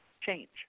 change